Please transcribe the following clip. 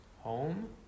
home